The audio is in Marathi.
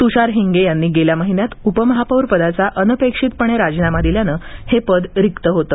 तुषार हिंगे यांनी गेल्या महिन्यात उपमहापौर पदाचा अनपेक्षितपणे राजीनामा दिल्यानं हे पद रिक्त होतं